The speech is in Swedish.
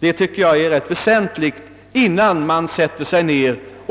Detta bör beaktas innan man